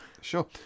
Sure